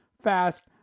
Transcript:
fast